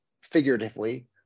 figuratively